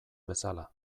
bezala